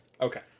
Okay